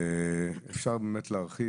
אפשר באמת להרחיב,